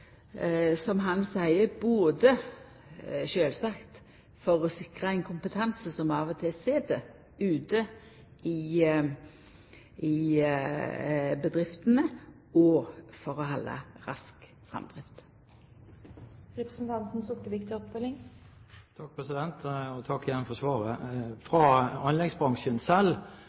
som han seier, både for å sikra ein kompetanse som kan vera ute i bedriftene, og for å halda rask framdrift. Jeg takker igjen for svaret. Fra anleggsbransjen selv, nasjonalt og